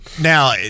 Now